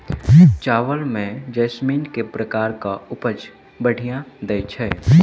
चावल म जैसमिन केँ प्रकार कऽ उपज बढ़िया दैय छै?